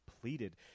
pleaded